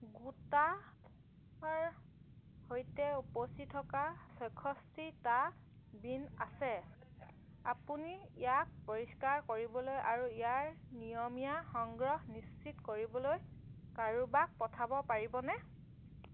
গোটাৰ সৈতে উপচি থকা ছয়ষ্ঠিটা বিন আছে আপুনি ইয়াক পৰিষ্কাৰ কৰিবলৈ আৰু ইয়াৰ নিয়মীয়া সংগ্ৰহ নিশ্চিত কৰিবলৈ কাৰোবাক পঠাব পাৰিবনে